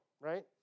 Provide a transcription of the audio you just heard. right